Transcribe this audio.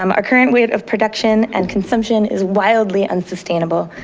um our current wave of production and consumption is wildly unsustainable.